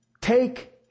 take